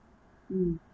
mm